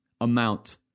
amount